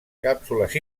càpsules